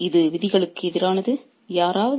refer slide time 4936 இது விதிகளுக்கு எதிரானது